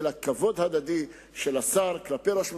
אלא כבוד הדדי של השר כלפי ראש ממשלה,